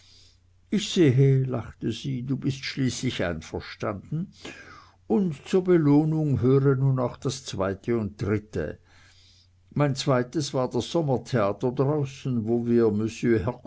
ich sehe lachte sie du bist schließlich einverstanden und zur belohnung höre nun auch das zweite und dritte mein zweites war das sommertheater draußen wo wir